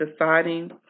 deciding